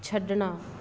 ਛੱਡਣਾ